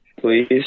please